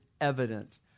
evident